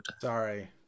Sorry